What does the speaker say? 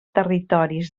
territoris